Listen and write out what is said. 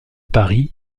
paris